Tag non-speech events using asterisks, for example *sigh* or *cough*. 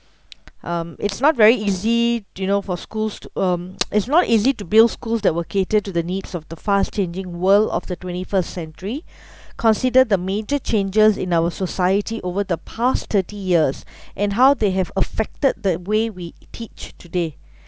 um it's not very easy you know for schools to um *noise* is not easy to build schools that will cater to the needs of the fast changing world of the twenty first century consider the major changes in our society over the past thirty years and how they have affected the way we teach today